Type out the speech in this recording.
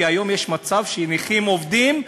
כי היום יש מצב שנכים עובדים,